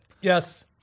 yes